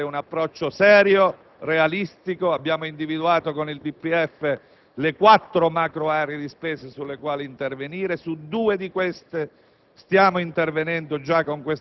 Abbiamo voluto dare un approccio serio, realistico; abbiamo individuato, con il DPEF, le quattro macroaree di spesa sulle quali intervenire. Su due di queste stiamo